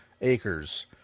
acres